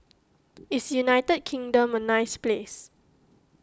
is United Kingdom a nice place